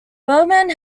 bergman